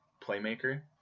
playmaker